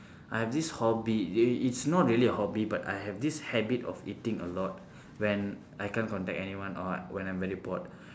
I have this hobby it's not really a hobby but I have this habit of eating a lot when I can't contact anyone or when I'm very bored